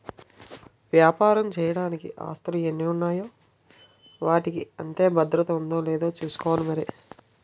వ్యాపారం చెయ్యడానికి ఆస్తులు ఎన్ని ఉన్నాయో వాటికి అంతే భద్రత ఉందో లేదో చూసుకోవాలి మరి